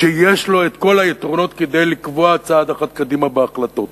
שיש לו כל היתרונות כדי לקבוע צעד אחד קדימה בהחלטות.